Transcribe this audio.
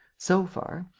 so far.